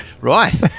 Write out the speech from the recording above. Right